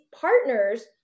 partners